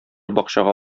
бакчага